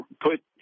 put